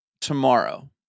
Tomorrow